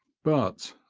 but